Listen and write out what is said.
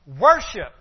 Worship